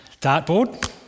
dartboard